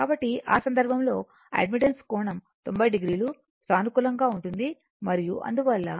కాబట్టి ఆ సందర్భంలో అడ్మిటెన్స్ కోణం 90o సానుకూలంగా ఉంటుంది మరియు అందువల్ల θ 90o